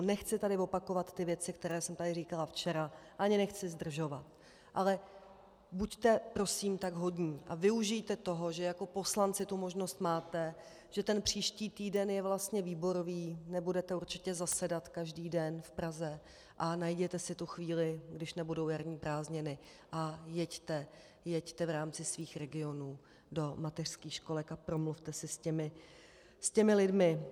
Nechci tady opakovat ty věci, které jsem tady říkala včera, ani nechci zdržovat, ale buďte prosím tak hodní a využijte toho, že jako poslanci tu možnost máte, že ten příští týden je vlastně výborový, nebudete určitě zasedat každý den v Praze, ale najděte si tu chvíli, když nebudou jarní prázdniny, a jeďte, jeďte v rámci svých regionů do mateřských školek a promluvte si s těmi lidmi.